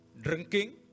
drinking